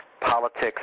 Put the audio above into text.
politics